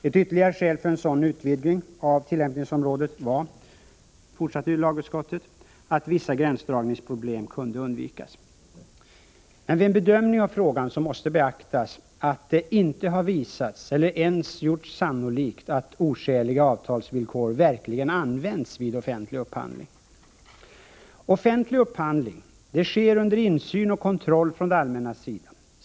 Ett ytterligare skäl för en sådan utvidgning av tillämpningsområdet var, fortsatte lagutskottet, att vissa gränsdragningsproblem kunde undvikas. Men vid en bedömning av frågan måste beaktas att det inte har visats eller ens gjorts sannolikt, att oskäliga avtalsvillkor verkligen används vid offentlig upphandling. Offentlig upphandling sker under insyn och kontroll från det allmännas sida.